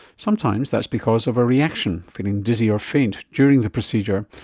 sometimes that's because of a reaction, feeling dizzy or faint during the procedure.